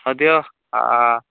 ହଉ ଦିଅ